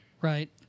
Right